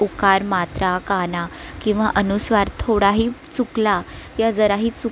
उकार मात्रा काना किंवा अनुस्वार थोडाही चुकला किंवा जराही चूक